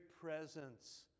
presence